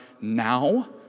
now